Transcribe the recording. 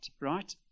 right